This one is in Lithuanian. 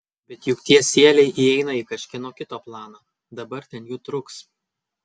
bet juk tie sieliai įeina į kažkieno kito planą dabar ten jų truks